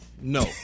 no